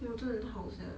!wah! 真的很好 sia